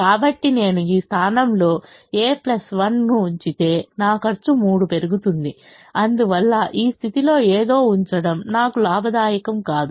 కాబట్టి నేను ఈ స్థానంలో a 1 ను ఉంచితే నా ఖర్చు 3 పెరుగుతుంది అందువల్ల ఈ స్థితిలో ఏదో ఉంచడం నాకు లాభదాయకం కాదు